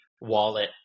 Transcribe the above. wallet